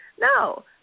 No